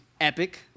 epic